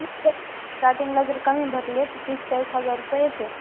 ती स्टार्टिंगला जर कमी भरले तर तीस चाळीस हजार रुपये येते